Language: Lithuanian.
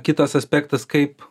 kitas aspektas kaip